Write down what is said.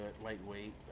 lightweight